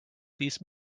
these